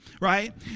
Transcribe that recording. right